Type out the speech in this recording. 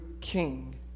king